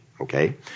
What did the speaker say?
okay